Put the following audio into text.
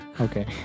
Okay